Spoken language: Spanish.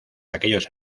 aquellos